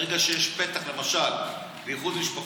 ברגע שיש פתח, למשל, לאיחוד משפחות,